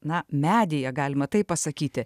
na medyje galima taip pasakyti